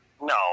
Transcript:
No